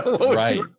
Right